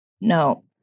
no